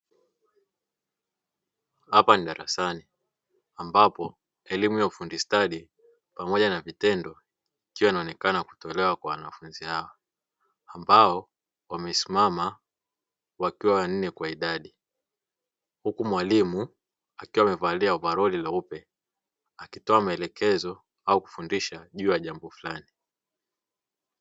Hapa ni darasani ambapo elimu ya ufundi stadi pamoja na vitendo ikiwa inaonekana kutolewa kwa wanafunzi hawa, ambao wamesimama wakiwa wanne kwa idadi. Huku mwalimu akiwa amevalia ovarori leupe akitoa maelekezo au kufundisha juu ya jambo fulani.